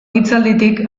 hitzalditik